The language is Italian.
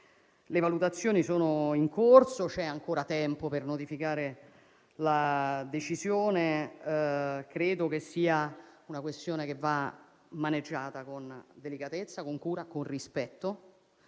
le valutazioni sono in corso e c'è ancora tempo per modificare la decisione; credo la questione vada maneggiata con delicatezza, con cura e con rispetto,